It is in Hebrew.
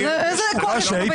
איזה כוח יש לנו ביחד?